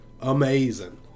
amazing